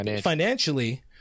financially